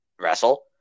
wrestle